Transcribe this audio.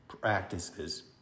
practices